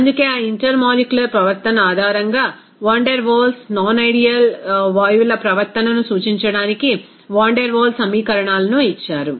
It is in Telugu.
అందుకే ఆ ఇంటర్మోలిక్యులర్ ప్రవర్తన ఆధారంగా van der Waals non ideal వాయువులప్రవర్తనను సూచించడానికి వాన్ డెర్ వాల్ సమీకరణాలను ఇచ్చారు